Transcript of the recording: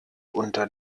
unter